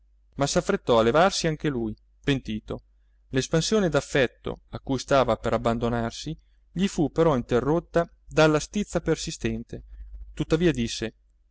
eh ma s'affrettò a levarsi anche lui pentito l'espansione d'affetto a cui stava per abbandonarsi gli fu però interrotta dalla stizza persistente tuttavia disse